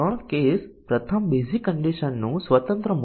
atomic વાક્યોની સંખ્યા વ્યવહારિક નથી